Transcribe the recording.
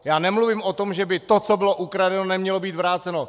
Já nemluvím o tom, že by to, co bylo ukradeno, nemělo být vráceno!